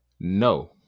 No